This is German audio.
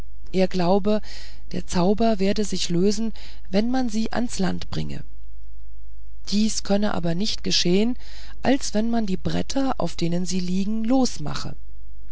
er glaube der zauber werde sich lösen wenn man sie ans land bringe dies könne aber nicht geschehen als wenn man die bretter auf denen sie liegen losmache